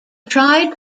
tried